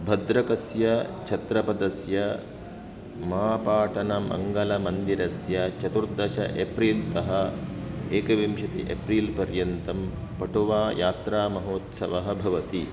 भद्रकस्य छत्रपदस्य मापाटनमङ्गलमन्दिरस्य चतुर्दश एप्रिल् तः एकविंशति एप्रिल् पर्यन्तं पटुवा यात्रामहोत्सवः भवति